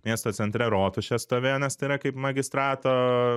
miesto centre rotušė stovėjo nes tai yra kaip magistrato